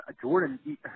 Jordan